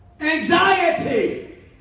Anxiety